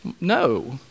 No